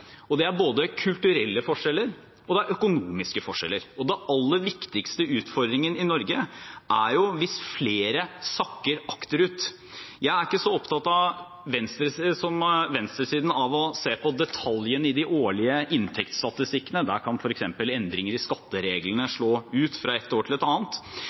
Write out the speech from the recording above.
og det er både kulturelle forskjeller og økonomiske forskjeller. Den aller største utfordringen i Norge er hvis flere sakker akterut. Jeg er ikke så opptatt av som venstresiden å se på detaljene i de årlige inntektsstatistikkene – der kan f.eks. endringer i skattereglene slå ut fra ett år til et annet